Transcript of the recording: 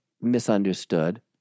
misunderstood